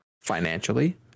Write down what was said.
financially